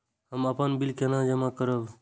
हम अपन बिल केना जमा करब?